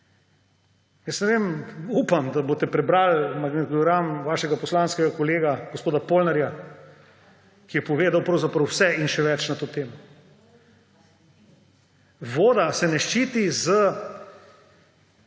upam, da boste prebrali magnetogram vašega poslanskega kolega gospoda Polnarja, ki je povedal pravzaprav vse in še več na to temo. Voda se ne ščiti,